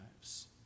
lives